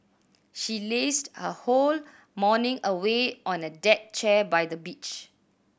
she lazed her whole morning away on a deck chair by the beach